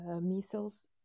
missiles